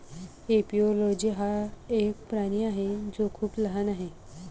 एपिओलोजी हा एक प्राणी आहे जो खूप लहान आहे